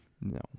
No